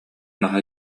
наһаа